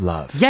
Love